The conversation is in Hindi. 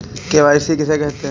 के.वाई.सी किसे कहते हैं?